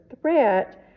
threat